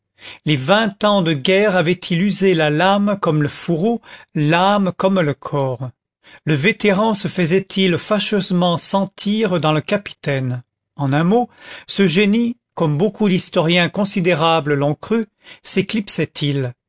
les vingt ans de guerre avaient-ils usé la lame comme le fourreau l'âme comme le corps le vétéran se faisait-il fâcheusement sentir dans le capitaine en un mot ce génie comme beaucoup d'historiens considérables l'ont cru